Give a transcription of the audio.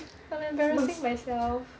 I'm embarrassing myself